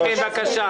היושב-ראש,